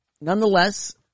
nonetheless